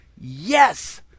yes